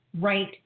right